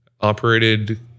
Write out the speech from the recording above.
operated